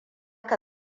ka